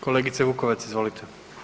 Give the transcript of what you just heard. Kolegice Vukovac, izvolite.